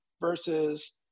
versus